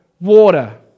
water